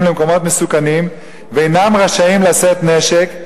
למקומות מסוכנים ואינם רשאים לשאת נשק.